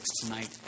tonight